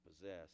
possess